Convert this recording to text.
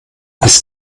als